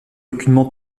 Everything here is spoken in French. aucunement